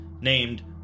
named